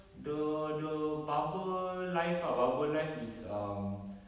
the the barber life ah barber life is um